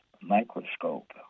Microscope